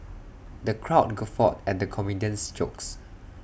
the crowd guffawed at the comedian's jokes